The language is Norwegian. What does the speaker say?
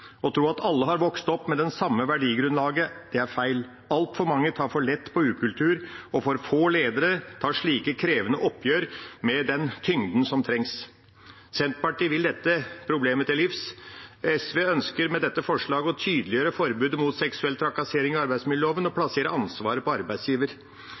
Å tro at alle har vokst opp med det samme verdigrunnlaget, er feil. Altfor mange tar for lett på ukultur, og for få ledere tar slike krevende oppgjør med den tyngden som trengs. Senterpartiet vil dette problemet til livs. SV ønsker med dette forslaget å tydeliggjøre forbudet mot seksuell trakassering i arbeidsmiljøloven og